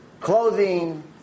clothing